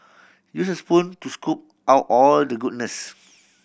use a spoon to scoop out all the goodness